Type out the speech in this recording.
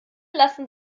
lassen